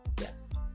Yes